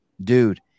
Dude